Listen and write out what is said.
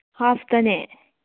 ꯍꯥꯐꯇꯅꯦ